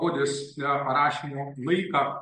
odės tą parašymo laiką